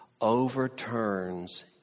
overturns